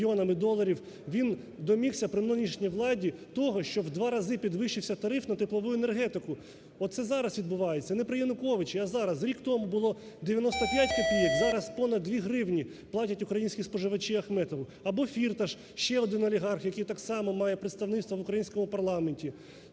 Він домігся при нинішній владі того, щоб в два рази підвищився тариф на теплову енергетику. Оце зараз відбувається, не при Януковичі, а зараз. Рік тому було 95 копійок, зараз понад 2 гривні платять українські споживачі Ахметову. Або Фірташ, ще один олігарх, який так само має представництво в українському парламенті.